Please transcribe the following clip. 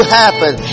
happen